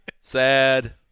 Sad